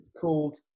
Called